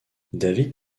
david